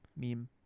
meme